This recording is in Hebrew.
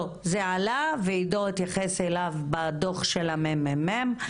לא, זה עלה ועידו התייחס לזה בדוח של הממ"מ.